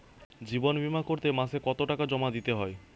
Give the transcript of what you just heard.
জীবন বিমা করতে মাসে কতো টাকা জমা দিতে হয়?